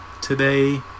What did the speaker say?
today